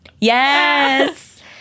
Yes